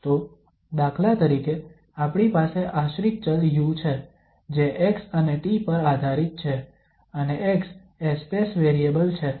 તો દાખલા તરીકે આપણી પાસે આશ્રિત ચલ u છે જે x અને t પર આધારિત છે અને x એ સ્પેસ વેરિયેબલ છે